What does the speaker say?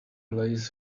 lace